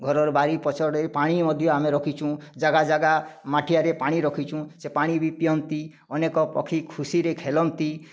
ଘରର ବାଡ଼ି ପଛ ପଟେ ପାଣି ମଧ୍ୟ ଆମେ ରଖିଛୁଁ ଜାଗା ଜାଗା ମାଠିଆରେ ପାଣି ରଖିଛୁଁ ସେ ପାଣି ବି ପିଅନ୍ତି ଅନେକ ପକ୍ଷୀ ଖୁସିରେ ଖେଳନ୍ତି